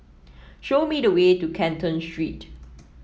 show me the way to Canton Street